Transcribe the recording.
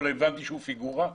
אבל הבנתי שהוא פיגורה,